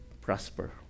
prosper